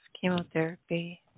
chemotherapy